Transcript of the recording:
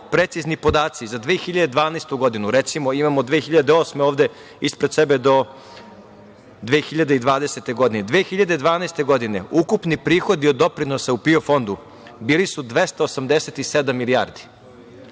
precizni podaci. Za 2012. godinu, recimo imamo 2008. godine ovde ispred sebe do 2020. godine. Godine 2012. ukupni prihodi od doprinosa u PIO fondu bili su 287 milijardi.